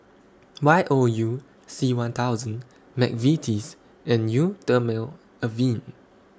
Y O U C one thousand Mcvitie's and Eau Thermale Avene